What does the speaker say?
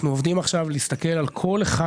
אנחנו עובדים עכשיו בלהסתכל על כל אחד